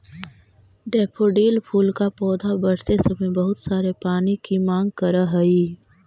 daffodil फूल का पौधा बढ़ते समय बहुत सारे पानी की मांग करअ हई